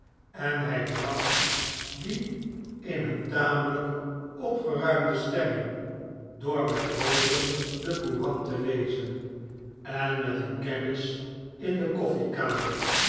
en hij bracht die i in een tameiijk opgeruimde stemming door met rooken de courant lezen en met een kennis in de